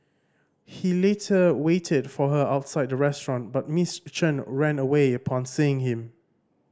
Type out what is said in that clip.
he later waited for her outside the restaurant but Miss Chen ran away upon seeing him